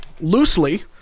loosely